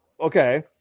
okay